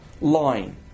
line